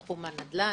בתחום הנדל"ן.